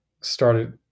started